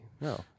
no